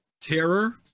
terror